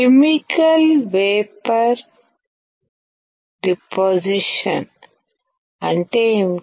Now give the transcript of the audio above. chemical vapour deposition అంటే ఏమిటి